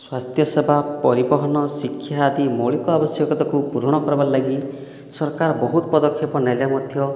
ସ୍ୱାସ୍ଥ୍ୟସେବା ପରିବହନ ଶିକ୍ଷା ଆଦି ମୌଳିକ ଆବଶ୍ୟକତାକୁ ପୂରଣ କରିବାର ଲାଗି ସରକାର ବହୁତ ପଦକ୍ଷେପ ନେଲେ ମଧ୍ୟ